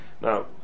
Now